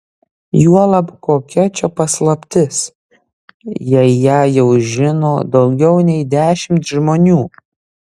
juolab kokia čia paslaptis jei ją jau žino daugiau nei dešimt žmonių